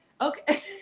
okay